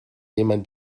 jemand